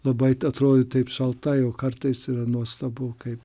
labai atrodo taip šaltai o kartais yra nuostabu kaip